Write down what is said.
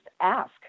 ask